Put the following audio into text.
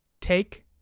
Take